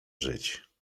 żyć